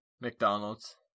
McDonald's